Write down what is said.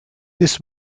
this